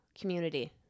community